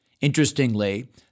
Interestingly